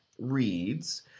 reads